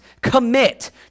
commit